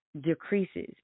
decreases